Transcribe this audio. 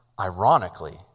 ironically